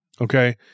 Okay